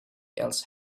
else